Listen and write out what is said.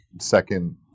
second